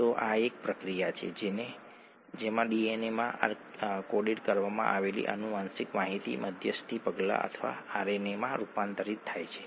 તેથી તે એટલું જ મહત્ત્વનું છે